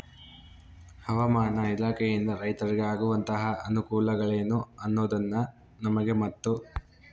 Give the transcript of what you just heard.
ಹವಾಮಾನ ಇಲಾಖೆಯಿಂದ ರೈತರಿಗೆ ಆಗುವಂತಹ ಅನುಕೂಲಗಳೇನು ಅನ್ನೋದನ್ನ ನಮಗೆ ಮತ್ತು?